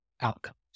outcomes